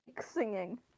singing